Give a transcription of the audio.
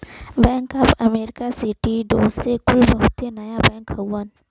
bank of America, Citi, Deutsche कुल बहुते नया बैंक हउवन